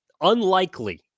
unlikely